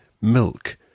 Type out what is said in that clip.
Milk